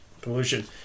pollution